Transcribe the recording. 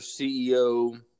CEO